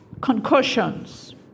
concussions